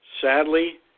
Sadly